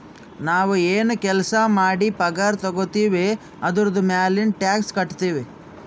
ನಾವ್ ಎನ್ ಕೆಲ್ಸಾ ಮಾಡಿ ಪಗಾರ ತಗೋತಿವ್ ಅದುರ್ದು ಮ್ಯಾಲನೂ ಟ್ಯಾಕ್ಸ್ ಕಟ್ಟತ್ತಿವ್